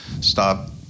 Stop